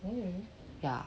yeah